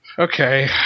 Okay